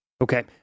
Okay